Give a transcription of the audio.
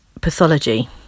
pathology